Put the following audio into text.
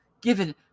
Given